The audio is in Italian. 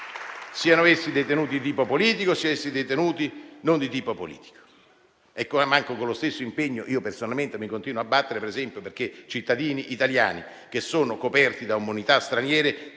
siano essi detenuti di tipo politico, siano essi detenuti non di tipo politico. Con lo stesso impegno io personalmente mi continuo a battere, per esempio, perché ci sono cittadini italiani che hanno provocato morte